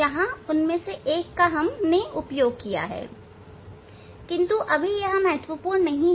यहां हमने उनमें से एक का उपयोग किया है किंतु इस समय यह महत्वपूर्ण नहीं है